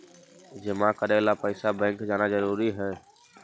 जमा करे ला पैसा बैंक जाना जरूरी है?